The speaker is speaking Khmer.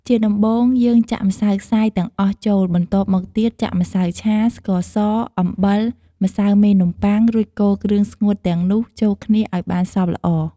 ជាដំបូង យើងចាក់ម្សៅខ្សាយទាំងអស់ចូល បន្ទាប់មកទៀត ចាក់ម្សៅឆា ស្ករស អំបិល ម្សៅមេនំប័ុង រួចកូរគ្រឿងស្ងួតទាំងនោះចូលគ្នាឲ្យបានសព្វល្អ។